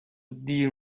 دیر